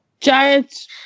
Giants